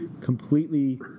completely